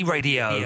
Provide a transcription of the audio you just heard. Radio